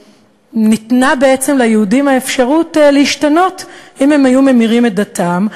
ניתנה בעצם ליהודים האפשרות להשתנות: אם הם היו ממירים את דתם,